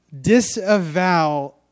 disavow